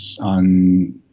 on